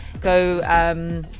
go